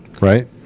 right